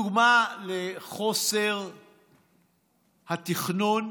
הדוגמה לחוסר התכנון,